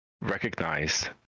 recognized